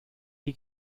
die